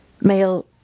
male